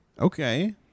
Okay